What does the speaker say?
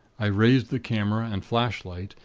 i raised the camera and flashlight,